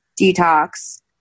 detox